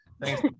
Thanks